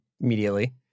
immediately